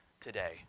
today